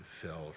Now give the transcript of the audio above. fell